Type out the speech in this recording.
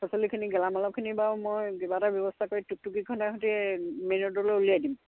পাচলিখিনি গেলামালৰখিনি বাৰু মই কিবা এটা ব্যৱস্থা কৰি টুকটুকিখনৰ সৈতে মেইন ৰ'ডলৈ উলিয়াই দিম